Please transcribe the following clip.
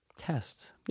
Tests